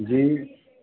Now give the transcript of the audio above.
जी